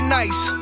nice